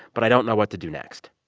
but i don't know what to do next.